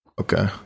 Okay